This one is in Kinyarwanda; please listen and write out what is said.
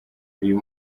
uyu